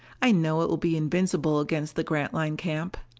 i know it will be invincible against the grantline camp.